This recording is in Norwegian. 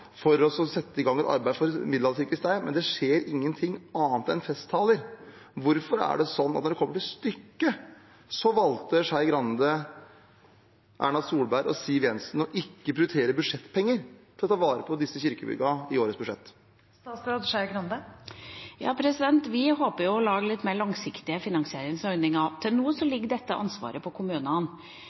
for å sette i gang et arbeid for middelalderkirker i stein, men det skjer ingenting annet enn festtaler. Hvorfor er det sånn at når det kommer til stykket, så valgte Skei Grande, Erna Solberg og Siv Jensen å ikke prioritere budsjettpenger til å ta vare på disse kirkebyggene i årets budsjett? Vi håper jo å lage litt mer langsiktige finansieringsordninger. Til nå har dette ansvaret ligget på kommunene.